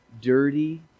dirty